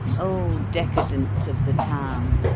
o decadents of the town,